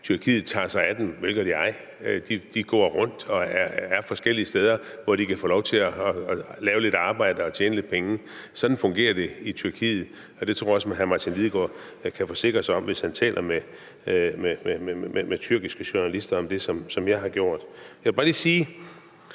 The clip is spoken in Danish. Tyrkiet tager sig af, ja. Vel gør de ej. De går rundt og er forskellige steder, hvor de kan få lov til at lave lidt arbejde og tjene lidt penge. Sådan fungerer det i Tyrkiet, og det tror jeg også hr. Martin Lidegaard kan forsikre sig om, hvis han taler med tyrkiske journalister om det, ligesom jeg har gjort. Jeg vil bare lige sige